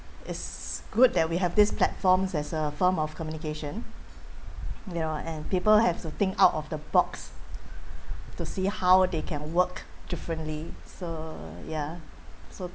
it's good that we have these platforms as a form of communication ya and people have to think out of the box to see how they can work differently so ya so